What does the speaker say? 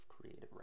creative